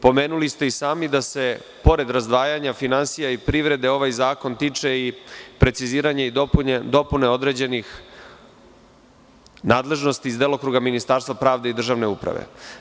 Pomenuli ste i sami da se pored razdvajanja finansija i privrede ovaj zakon tiče i preciziranja i dopune određenih nadležnosti iz delokruga Ministarstva pravde i državne uprave.